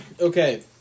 Okay